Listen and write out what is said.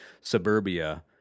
suburbia